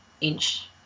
inch